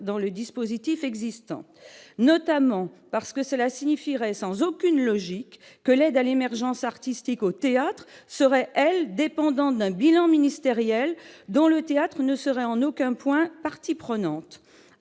dans le dispositif existant, notamment parce que cela signifierait sans aucune logique que l'aide à l'émergence artistique au Théâtr serait-elle dépendant d'un bilan ministériel dans le théâtre ne serait en aucun point partie prenante